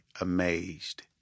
amazed